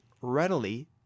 readily